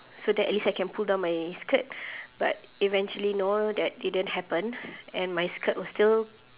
so that at least I can pull down my skirt but eventually no that it didn't happen and my skirt was still